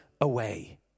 away